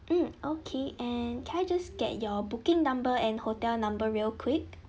mm okay and can I just get your booking number and your hotel number real quick